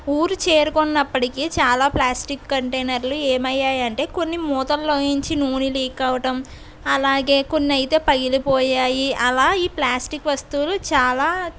ఊరు చేరుకున్నప్పటికీ చాలా ప్లాస్టిక్ కంటైనర్లు ఏమయ్యాయి అంటే కొన్ని మూతల్లో నుంచి నూనె లీక్ అవ్వడం అలాగే కొన్ని అయితే పగిలిపోయాయి అలా ఈ ప్లాస్టిక్ వస్తువులు చాలా